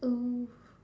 !woo!